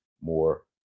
more